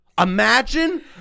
Imagine